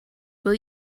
will